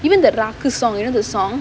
even that ராக்கு:raakku song you know the song